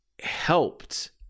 helped